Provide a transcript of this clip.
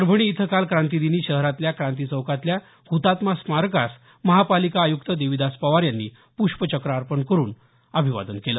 परभणी इथं काल क्रांतीदिनी शहरातल्या क्रांती चौकातल्या हतात्मा स्मारकास महानगरपालिका आयुक्त देविदास पवार यांनी प्ष्पचक्र अर्पण करुत अभिवादन केलं